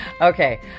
Okay